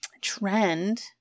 trend